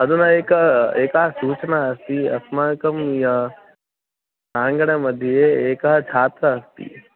अधुना एका एका सूचना अस्ति अस्माकम् आङ्गणमध्ये एकः छात्रः अस्ति